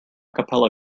capella